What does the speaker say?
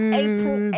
april